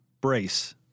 brace